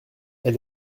elle